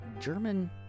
German